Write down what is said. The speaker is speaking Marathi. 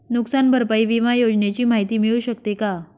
नुकसान भरपाई विमा योजनेची माहिती मिळू शकते का?